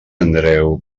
andreu